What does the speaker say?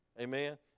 Amen